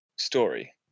story